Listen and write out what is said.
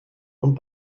und